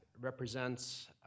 represents